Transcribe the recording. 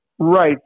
Right